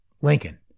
Lincoln